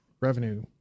revenue